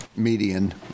median